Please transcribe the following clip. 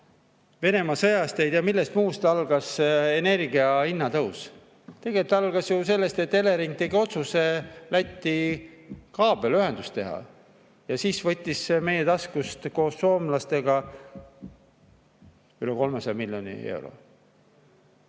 Venemaa sõjast ja ei tea, millest muust algas energia hinna tõus. Tegelikult algas see sellest, et Elering tegi otsuse Lätti kaabelühendus teha ja võttis siis meie taskust koos soomlastega üle 300 miljoni euro.